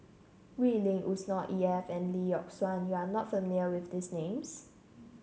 Wee Lin Yusnor Ef and Lee Yock Suan you are not familiar with these names